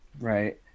Right